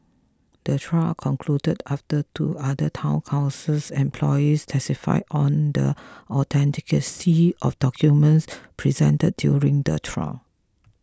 the trial concluded after two other Town Councils employees testified on the authenticity of documents presented during the trial